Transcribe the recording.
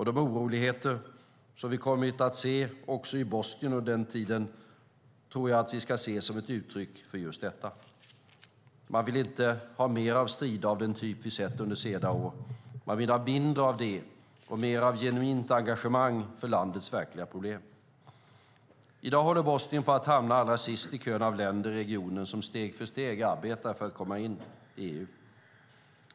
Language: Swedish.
De oroligheter som vi kommit att se också i Bosnien under den tiden tror jag att vi ska se som ett uttryck för just detta. Man vill inte ha mer av strider av den typ vi sett under senare år. Man vill ha mindre av det och mer av genuint engagemang för landets verkliga problem. I dag håller Bosnien på att hamna allra sist i kön av länder i regionen som steg för steg arbetar för att komma in i EU.